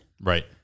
Right